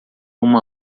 uma